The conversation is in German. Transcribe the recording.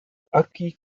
acquis